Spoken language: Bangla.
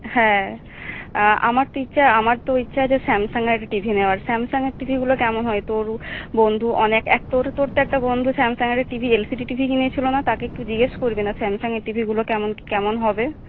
হ্যাঁ আমার তো ইচ্ছা আমার তো ইচ্ছা আছে স্যামসাঙের একটা টিভি নেওয়ার স্যামসাঙের টিভিগুলো কেমন হয় তোর বন্ধু অনেক এক তোর তো একটা বন্ধু স্যামসাঙের টিভি এলসিডি টিভি কিনেছিল নাহ তাকে একটু জিজ্ঞাস করবি না স্যামসাঙের টিভিগুলো কেমন কি কেমন হবে